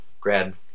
grad